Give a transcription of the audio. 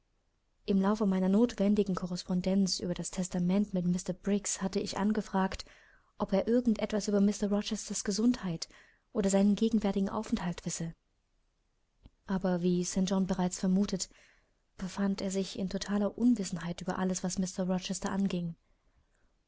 im laufe meiner notwendigen correspondenz über das testament mit mr briggs hatte ich angefragt ob er irgend etwas über mr rochesters gesundheit und seinen gegenwärtigen aufenthalt wisse aber wie st john bereits vermutet befand er sich in totaler unwissenheit über alles was mr rochester anging